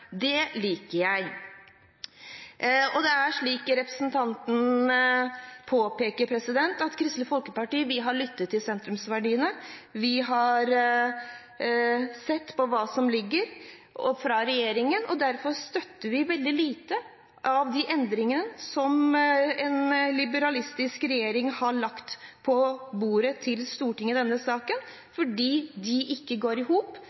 Det liker jeg. Det er slik representanten påpeker, at Kristelig Folkeparti har lyttet til sentrumsverdiene. Vi har sett på hva som foreligger fra regjeringen, og derfor støtter vi veldig få av de endringene som en liberalistisk regjering har lagt på bordet til Stortinget i denne saken, for de går ikke i hop